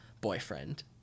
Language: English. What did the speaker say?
boyfriend